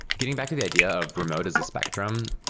getting back to the idea of remote as a spectrum,